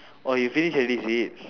oh you finish already is it